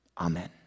Amen